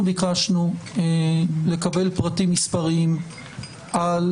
אנחנו ביקשנו לקבל פרטים מספריים על